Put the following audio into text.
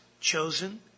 chosen